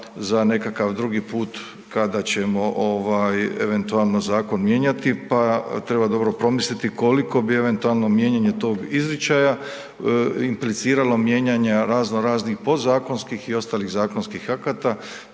za nekakav drugi put kada ćemo ovaj eventualno zakon mijenjati pa treba dobro promisliti koliko bi eventualno mijenjanje tog izričaja impliciralo mijenjanja razno raznih podzakonskih i ostalih zakonskih akata